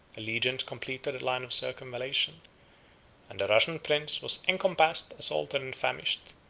the legions completed a line of circumvallation and the russian prince was encompassed, assaulted, and famished,